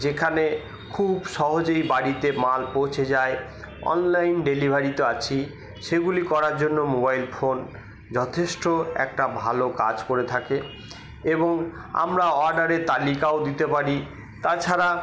যেখানে খুব সহজেই বাড়িতে মাল পৌঁছে যায় অনলাইন ডেলিভারি তো আছেই সেগুলি করার জন্য মোবাইল ফোন যথেষ্ট একটা ভালো কাজ করে থাকে এবং আমরা অর্ডারের তালিকাও দিতে পারি তাছাড়া